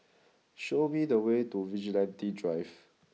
show me the way to Vigilante Drive